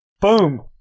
Boom